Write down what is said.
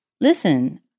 listen